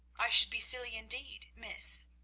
i should be silly indeed, miss,